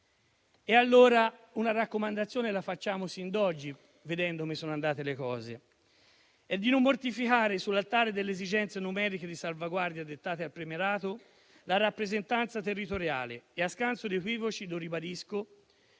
Una raccomandazione, pertanto, la facciamo sin da oggi vedendo come sono andate le cose, ed è quella di non mortificare, sull'altare delle esigenze numeriche di salvaguardia dettate dal premierato, la rappresentanza territoriale; a scanso di equivoci lo ribadisco